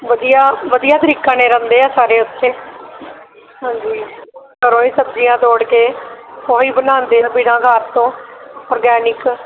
ਵਧੀਆ ਵਧੀਆ ਤਰੀਕੇ ਨਾਲ ਰਹਿੰਦੇ ਹੈ ਸਾਰੇ ਉੱਥੇ ਹਾਂਜੀ ਘਰੋਂ ਹੀ ਸਬਜ਼ੀਆਂ ਤੋੜ ਕੇ ਉਹੀ ਬਣਾਉਂਦੇ ਹੈ ਬਿਨਾ ਖਾਦ ਤੋਂ ਔਰਗੈਨਿਕ